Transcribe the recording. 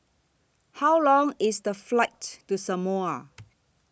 How Long IS The Flight to Samoa